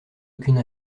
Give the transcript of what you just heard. aucune